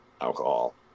alcohol